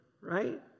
right